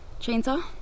chainsaw